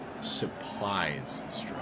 supplies